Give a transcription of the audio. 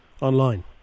Online